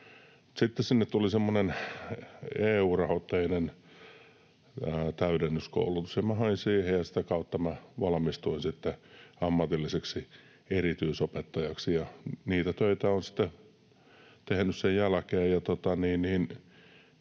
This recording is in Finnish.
Sitten sinne tuli semmoinen EU-rahoitteinen täydennyskoulutus, ja minä hain siihen ja sitä kautta minä valmistuin ammatilliseksi erityisopettajaksi, ja niitä töitä olen sitten tehnyt sen jälkeen.